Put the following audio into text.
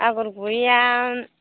आगर गुबैया